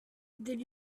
did